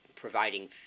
providing